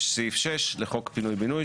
יש סעיף 6 לחוק פינוי בינוי,